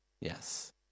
Yes